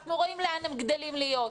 אנחנו רואים לאן הם גדלים להיות,